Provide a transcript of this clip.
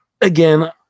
again